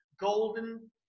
golden